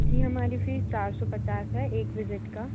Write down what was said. जी हमारी फ़ीस चार सौ पचास है एक विजिट का